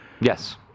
Yes